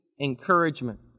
encouragement